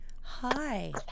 Hi